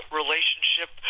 relationship